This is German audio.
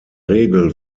regel